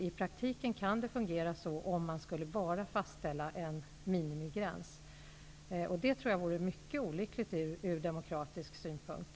I praktiken kan det bli så, om bara en minimigräns fastställs. Det tror jag skulle vara mycket olyckligt från demokratisk synpunkt.